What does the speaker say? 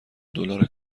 دلار